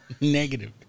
Negative